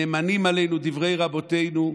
נאמנים עלינו דברי רבותינו.